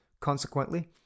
Consequently